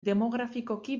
demografikoki